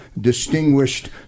distinguished